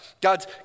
God's